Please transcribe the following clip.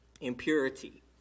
Impurity